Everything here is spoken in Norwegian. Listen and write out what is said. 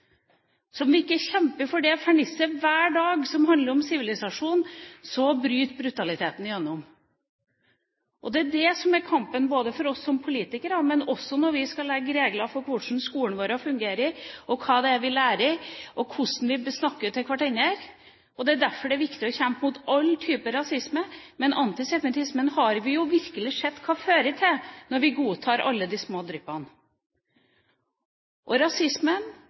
Om vi ikke kjemper for den fernissen hver dag, som handler om sivilisasjon, bryter brutaliteten igjennom. Det er det som er kampen for oss som politikere, også når vi skal lage regler for hvordan skolen skal fungere, hva man lærer, og hvordan vi snakker til hverandre. Det er derfor det er viktig å kjempe mot all type rasisme, men antisemittismen har vi jo virkelig sett hva fører til når vi godtar alle de små dryppene. Rasismen